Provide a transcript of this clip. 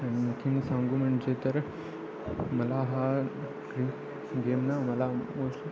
आणखी सांगू म्हणजे तर मला हा गेमनं मला मोस्ट